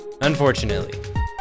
unfortunately